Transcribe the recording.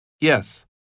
Yes